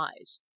eyes